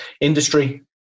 industry